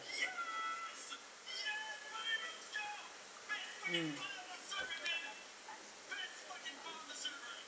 mm